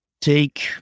take